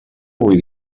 avui